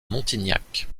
montignac